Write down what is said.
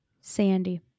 Sandy